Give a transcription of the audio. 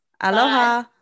aloha